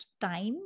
time